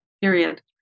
period